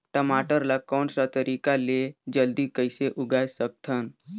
टमाटर ला कोन सा तरीका ले जल्दी कइसे उगाय सकथन?